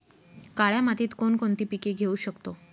काळ्या मातीत कोणकोणती पिके घेऊ शकतो?